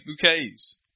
bouquets